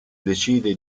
decide